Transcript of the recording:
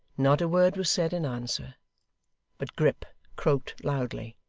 not a word was said in answer but grip croaked loudly,